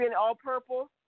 all-purple